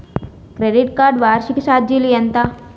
Credit card వార్షిక ఛార్జీలు ఎంత?